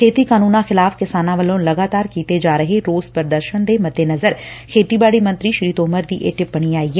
ਖੇਤੀ ਕਾਨੂੰਨਾਂ ਖ਼ਿਲਾਫ਼ ਕਿਸਾਨਾਂ ਵੱਲੋਂ ਲਗਾਤਾਰ ਕੀਤੇ ਜਾ ਰਹੇ ਰੋਸ ਪ੍ਦਰਸ਼ਨ ਦੇ ਮੱਦੇਨਜ਼ਰ ਖੇਤੀਬਾਤੀ ਮੰਤਰੀ ਦੀ ਇਹ ਟਿੱਪਣੀ ਆਈ ਐ